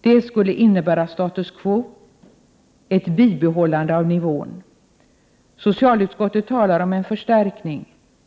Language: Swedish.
Det skulle innebära status quo, ett bibehållande av nuvarande nivå. Socialutskottet talar om en förstärkning;